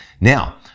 Now